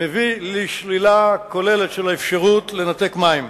מביא לשלילה כוללת של האפשרות לנתק מים.